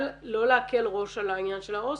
אבל לא להקל ראש על העניין של ההוסטל.